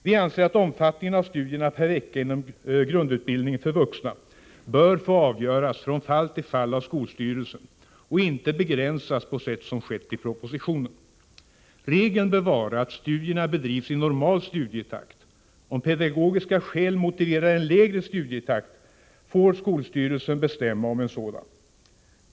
Vi anser att omfattningen av studierna per vecka inom grundutbildning för vuxna bör få avgöras från fall till fall av skolstyrelsen och inte begränsas på sätt som skett i propositionen. Regeln bör vara att studierna bedrivs i normal studietakt. Om pedagogiska skäl motiverar en lägre studietakt får skolstyrelsen bestämma om en sådan.